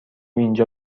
اینجا